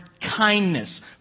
kindness